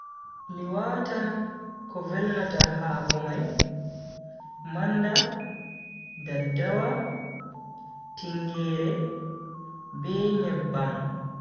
Mi watan ko velnata hako mai, manda, daddawa, tingeere, be nyebbam.